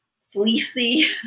fleecy